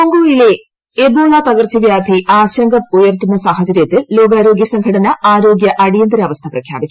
കോങ്കോയിലെ Ebola പകർച്ചവ്യാധി ആശങ്ക ഉയർത്തുന്ന സാഹചരൃത്തിൽ ലോകാരോഗൃ സംഘടന ആരോഗൃ അടിയന്തരാവസ്ഥ പ്രഖ്യാപിച്ചു